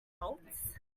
adults